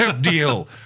Deal